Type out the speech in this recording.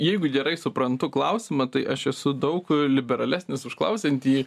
jeigu gerai suprantu klausimą tai aš esu daug liberalesnis už klausiantįjį